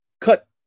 cut